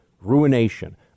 ruination